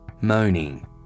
moaning